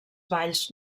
balls